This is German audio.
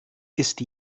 ist